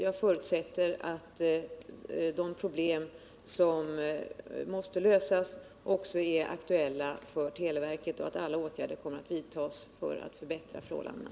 Jag förutsätter att de problem som måste lösas också är aktuella för televerket och att alla åtgärder kommer att vidtas för att förbättra förhållandena.